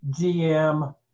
GM